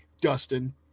Dustin